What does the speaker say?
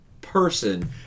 person